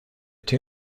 two